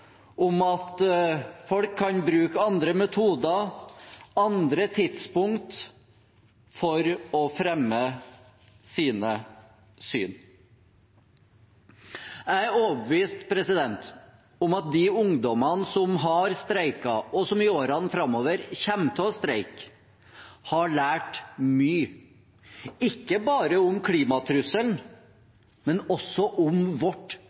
om at folk kan bruke andre metoder og andre tidspunkter for å fremme sine syn. Jeg er overbevist om at de ungdommene som har streiket, og som i årene framover kommer til å streike, har lært mye – ikke bare om klimatrusselen, men også om vårt